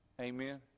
Amen